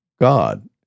God